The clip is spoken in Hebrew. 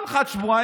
כל אחד שבועיים,